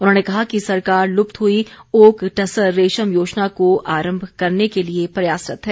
उन्होंने कहा कि सरकार लुप्त हुई ओक टसर रेशम योजना को आरम्म करने के लिए प्रयासरत है